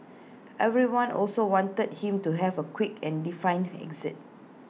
everyone also wanted him to have A quick and defined exit